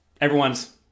Everyone's